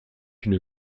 une